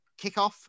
kickoff